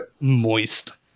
Moist